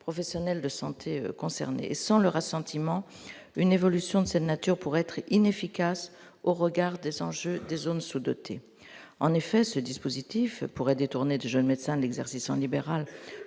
professionnels de santé concernés sans leur assentiment une évolution de cette nature pourrait être inefficace au regard des enjeux des zones sous-dotées, en effet, ce dispositif pourrait détourner des jeunes médecins d'exercice en libéral,